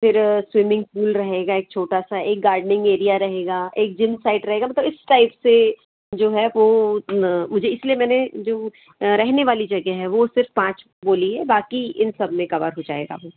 फिर swimming pool रहेगा एक छोटा सा एक गार्डनिंग एरिया रहेगा एक जिम साइट रहेगा मतलब इस साइट से जो है वह मुझे मुझे इसलिए मैंने जो रहने वाली जगह है वो सिर्फ़ पाँच बोली है बाक़ी इन सब में कवर हो जाएगा वह